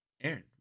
Aaron